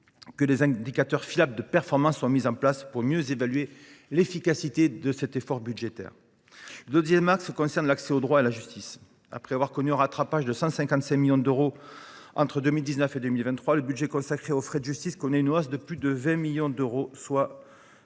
que des indicateurs fiables de performance soient mis en place pour mieux évaluer l’efficacité de l’effort budgétaire. Le deuxième axe concerne l’accès au droit et à la justice. Après avoir connu un rattrapage de 155 millions d’euros entre 2019 et 2023, le budget des frais de justice connaît une hausse de plus de 20 millions d’euros, soit de